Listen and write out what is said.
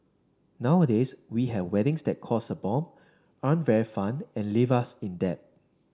nowadays we have weddings that cost a bomb aren't very fun and leave us in debt